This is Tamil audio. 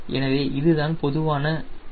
எனவே இதுதான் பொதுவான எண்